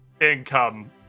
income